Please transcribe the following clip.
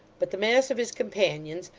but the mass of his companions,